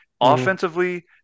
Offensively